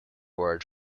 word